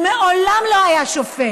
והוא מעולם לא היה שופט,